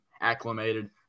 acclimated